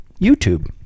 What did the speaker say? YouTube